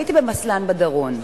הייתי במסל"ן בדרום,